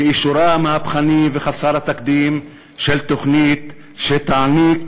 לאישורה המהפכני וחסר התקדים של תוכנית שתעניק